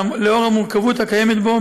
לנוכח המורכבות הקיימת בו,